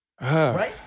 Right